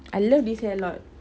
I love this hair a lot